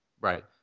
Right